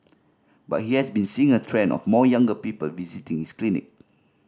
but he has been seeing a trend of more younger people visiting his clinic